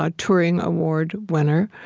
turing award winner,